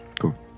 Cool